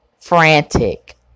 frantic